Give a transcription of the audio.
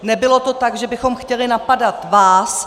Nebylo to tak, že bychom chtěli napadat vás.